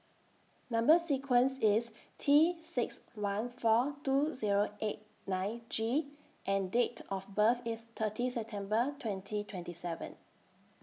Number sequence IS T six one four two Zero eight nine G and Date of birth IS thirty September twenty twenty seven